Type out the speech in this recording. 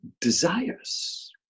desires